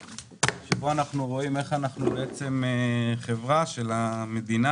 שבו אנחנו רואים איך אנחנו בעצם חברה של המדינה,